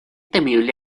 temible